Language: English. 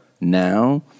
now